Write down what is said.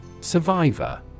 Survivor